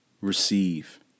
receive